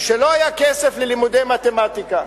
שלא היה כסף ללימודי מתמטיקה,